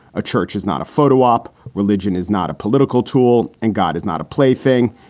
a church is not a photo op. religion is not a political tool. and god is not a play thing.